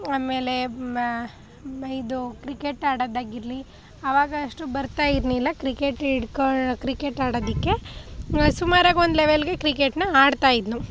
ಆಮೇಲೆ ಮ ಇದು ಕ್ರಿಕೆಟ್ ಆಡೋದಾಗಿರ್ಲಿ ಅವಾಗಷ್ಟು ಬರ್ತಾಯಿರ್ಲಿಲ್ಲ ಕ್ರಿಕೆಟ್ ಹಿಡ್ಕೊ ಕ್ರಿಕೆಟ್ ಆಡೋದಕ್ಕೆ ಸುಮಾರಾಗಿ ಒಂದು ಲೆವೆಲ್ಗೆ ಕ್ರಿಕೆಟ್ನ ಆಡ್ತಾಯಿದ್ದನು